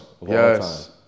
yes